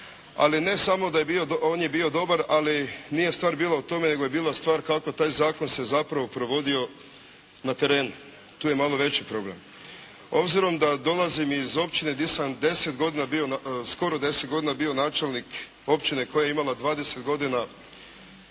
ali ne samo da, on je bio dobar, ali nije bila stvar u tome, nego je bila stvar kako se taj zakon provodio na terenu. Tu je malo veći problem. Obzirom da dolazim iz općine gdje sam 10 godina bio, skoro 10 godina bio načelnik općine koja je imala 20 godina